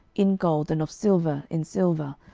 in gold, and of silver, in silver,